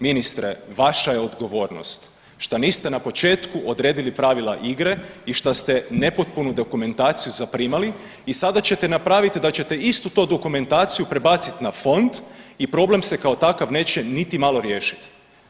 Ministre, vaša je odgovornost šta niste na početku odredili pravila igre i šta ste nepotpunu dokumentaciju zaprimali i sada ćete napraviti da ćete istu tu dokumentaciju prebaciti na Fond i problem se kao takav neće niti malo riješiti.